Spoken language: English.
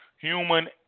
human